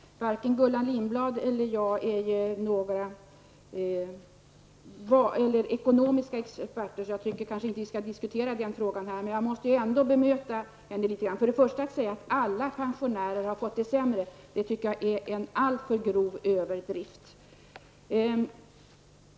Herr talman! Varken Gullan Lindblad eller jag är ekonomisk expert och därför tycker jag inte att vi skall diskutera ekonomiska frågor. Jag vill ändå bemöta Gullan Lindblad. Hon sade att alla pensionärer har fått det sämre. Detta tycker jag är en alltför grov överdrift.